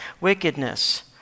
wickedness